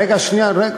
רגע, שנייה.